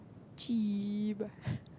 cheap